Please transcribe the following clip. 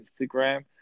Instagram